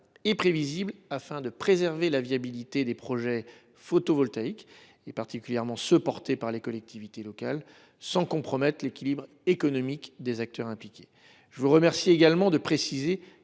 et prévisible, afin de préserver la viabilité des projets photovoltaïques, en particulier ceux qui sont portés par les collectivités locales, sans compromettre l’équilibre économique des acteurs impliqués ? Je vous remercie également, madame